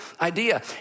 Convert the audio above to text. idea